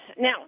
Now